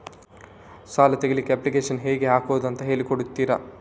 ಸಾಲ ತೆಗಿಲಿಕ್ಕೆ ಅಪ್ಲಿಕೇಶನ್ ಹೇಗೆ ಹಾಕುದು ಅಂತ ಹೇಳಿಕೊಡ್ತೀರಾ?